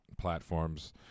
platforms